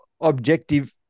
objective